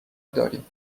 داریم